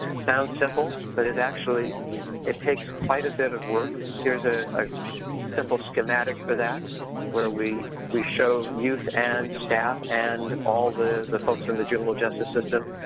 sounds simple, but it actually it takes quite a bit of work. here's a simple schematic for that where we we show youth and staff and all the the folks in the juvenile justice system.